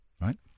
Right